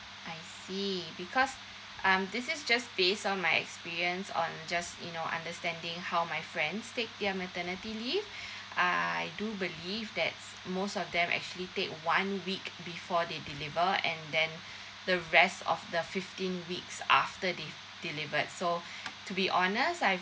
I see because um this is just based on my experience on just you know understanding how my friend take their maternity leave I do believe that most of them actually take one week before they deliver and then the rest of the fifteen weeks after they delivered so to be honest I've